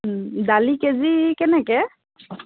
দালি কেজি কেনেকৈ